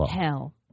hell